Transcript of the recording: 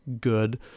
good